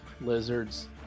lizards